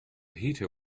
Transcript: heather